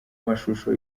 mashusho